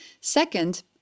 Second